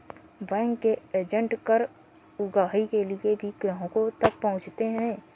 bank के agent कर उगाही के लिए भी ग्राहकों तक पहुंचते हैं